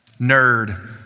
nerd